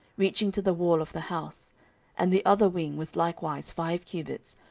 reaching to the wall of the house and the other wing was likewise five cubits,